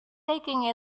taking